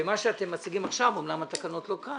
במה שאתם מציגים עכשיו אמנם התקנות לא כאן